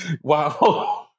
Wow